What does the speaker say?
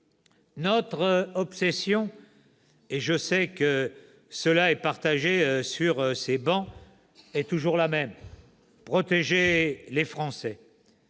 Notre obsession, et je sais qu'elle est partagée sur ces travées, est toujours la même : protéger les Français.